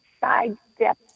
sidestep